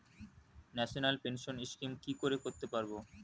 National pension scheme কি করে করতে পারব?